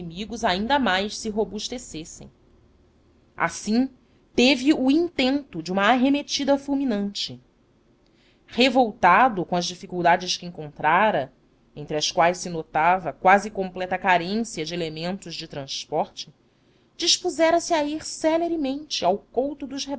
inimigos ainda mais se robustecessem assim teve o intento de uma arremetida fulminante revoltado com as dificuldades que encontrara entre as quais se notava quase completa carência de elementos de transporte dispusera se a ir celeremente ao couto dos